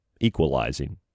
equalizing